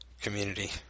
community